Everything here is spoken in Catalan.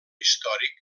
històric